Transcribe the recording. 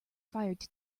fired